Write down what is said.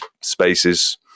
spaces